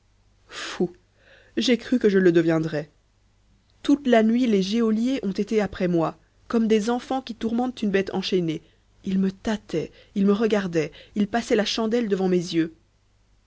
fou j'ai cru que je le deviendrais toute la nuit les geôliers ont été après moi comme des enfants qui tourmentent une bête enchaînée ils me tâtaient ils me regardaient ils passaient la chandelle devant mes yeux